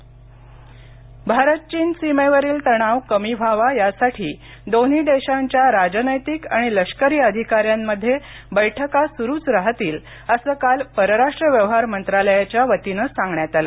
चीन भारत चीन सीमेवरील तणाव कमी व्हावा यासाठी दोन्ही देशांच्या राजनैतिक आणि लष्करी अधिकाऱ्यांमध्ये बैठका सुरूच राहतील असं काल परराष्ट्र व्यवहार मंत्रालयाच्या वतीनं सांगण्यात आलं